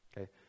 Okay